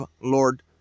Lord